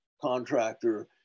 contractor